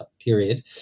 period